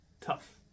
tough